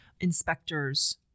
inspectors